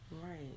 Right